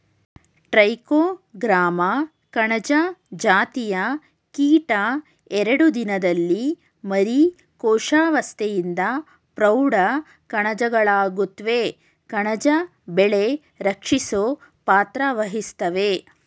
trichogramma ಕಣಜ ಜಾತಿಯ ಕೀಟ ಎರಡು ದಿನದಲ್ಲಿ ಮರಿ ಕೋಶಾವಸ್ತೆಯಿಂದ ಪ್ರೌಢ ಕಣಜಗಳಾಗುತ್ವೆ ಕಣಜ ಬೆಳೆ ರಕ್ಷಿಸೊ ಪಾತ್ರವಹಿಸ್ತವೇ